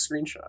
screenshot